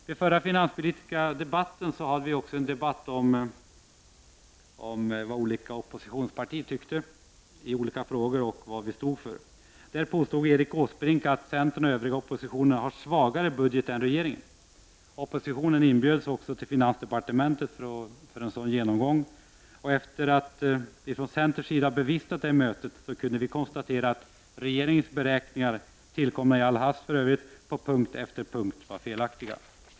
I den förra finanspolitiska debatten diskuterades också de olika oppositionspartiernas inställning i olika frågor. Erik Åsbrink påstod att centern och övriga oppositionspartier har en svagare budget än regeringen. Oppositionen inbjöds också till finansdepartementet för en genomgång. Efter det att vi varit med på mötet kunde vi konstatera att regeringens beräkningar — för övrigt tillkomna i all hast — på punkt efter punkt var felaktiga.